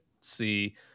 see